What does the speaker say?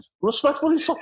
respectfully